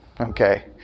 Okay